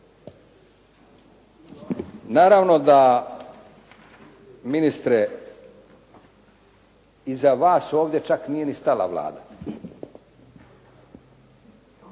Naravno da ministre i za vas ovdje nije čak ni stala Vlada.